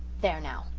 there now!